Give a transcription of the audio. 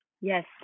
Yes